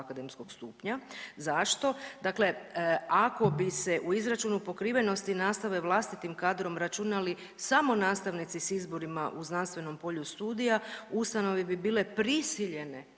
akademskog stupnja. Zašto? Dakle, ako bi se u izračunu pokrivenosti nastave vlastitim kadrom računali samo nastavnici s izborima u znanstvenom polju studija ustanove bi bile prisiljene,